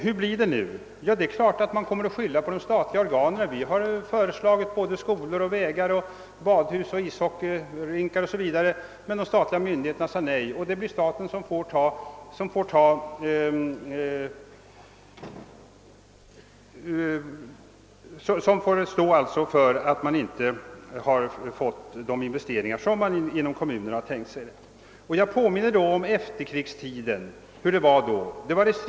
Hur blir det nu? Det är klart att man kommer att skylla på de statliga organen: »Vi har föreslagit skolor, vägar, badhus och ishockeyrinkar, men de statliga myndigheterna sade nej.» Det är staten som får skulden för att en kommun inte har fått göra de investeringar som den tänkt sig. Jag påminner om hur det var under åren närmast efter kriget.